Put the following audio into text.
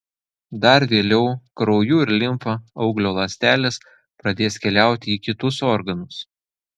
dar vėliau krauju ir limfa auglio ląstelės pradės keliauti į kitus organus